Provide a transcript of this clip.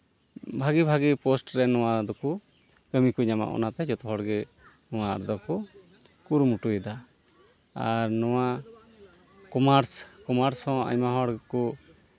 ᱵᱷᱟᱜᱮ ᱵᱷᱟᱜᱮ ᱯᱳᱥᱴ ᱨᱮ ᱱᱚᱣᱟ ᱫᱚᱠᱚ ᱠᱟᱹᱢᱤ ᱠᱚ ᱧᱟᱢᱟ ᱚᱱᱟᱛᱮ ᱡᱚᱛᱚ ᱦᱚᱲᱜᱮ ᱱᱚᱣᱟ ᱨᱮᱫᱚ ᱠᱚ ᱠᱩᱨᱩᱢᱩᱴᱩᱭᱮᱫᱟ ᱟᱨ ᱱᱚᱣᱟ ᱠᱚᱢᱟᱨᱥ ᱠᱚᱢᱟᱨᱥ ᱦᱚᱸ ᱟᱭᱢᱟ ᱦᱚᱲ ᱜᱮᱠᱚ